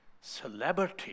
celebrity